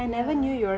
ya